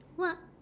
what